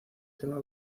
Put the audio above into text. tema